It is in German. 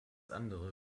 andere